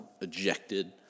ejected